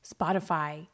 Spotify